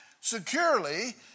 securely